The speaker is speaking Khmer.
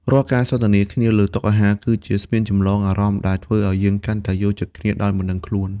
រាល់ការសន្ទនាគ្នាលើតុអាហារ គឺជាស្ពានចម្លងអារម្មណ៍ដែលធ្វើឱ្យយើងកាន់តែយល់ចិត្តគ្នាដោយមិនដឹងខ្លួន។